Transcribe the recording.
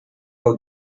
out